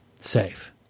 safe